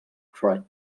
cried